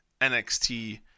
NXT